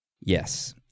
Yes